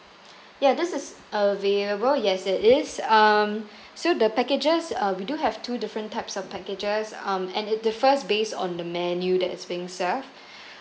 ya this is available yes it is um so the packages uh we do have two different types of packages um and it differs based on the menu that is being served